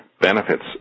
benefits